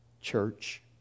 church